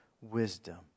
wisdom